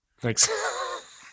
Thanks